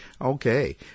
Okay